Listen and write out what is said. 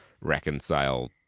reconcile